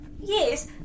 Yes